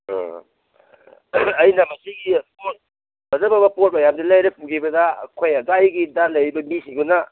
ꯑꯥ ꯑꯩꯅ ꯃꯁꯤꯒꯤ ꯄꯣꯠ ꯐꯖ ꯐꯖꯕ ꯄꯣꯠ ꯃꯌꯥꯝꯁꯦ ꯂꯩꯔ ꯄꯨꯒꯤꯕꯗ ꯑꯩꯈꯣꯏ ꯑꯗꯥꯏꯒꯤꯗ ꯂꯩꯔꯤꯕ ꯃꯤꯁꯤꯡꯗꯨꯅ